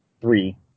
Three